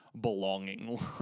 belonging